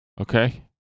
Okay